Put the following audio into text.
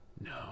No